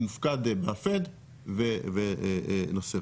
הוא מופקד ב-FED ונושא ריבית.